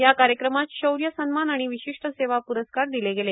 या कार्यक्रमात शौर्य सन्मान आणि विशिष्ट सेवा पुरस्कार दिले गेले